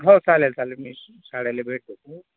हो चालेल चालेल मी शाळेला भेटतो